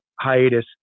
Hiatus